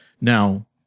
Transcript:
Now